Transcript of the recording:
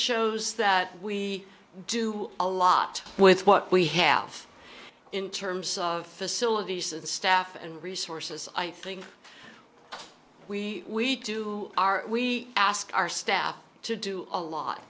shows that we do a lot with what we have in terms of facilities and staff and resources i think we do are we asked our staff to do a lot